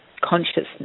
consciousness